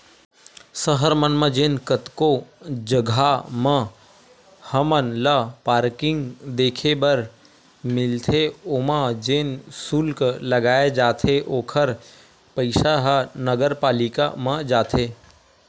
सहर मन म जेन कतको जघा म हमन ल पारकिंग देखे बर मिलथे ओमा जेन सुल्क लगाए जाथे ओखर पइसा ह नगरपालिका म जाथे